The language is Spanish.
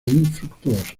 infructuosos